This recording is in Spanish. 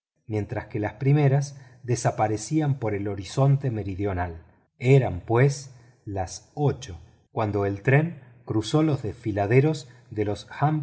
mientras que las primeras desaparecían por el horizonte meridional eran pues las ocho cuando el tren cruzó los desfiladeros de los